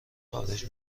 خارج